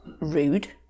rude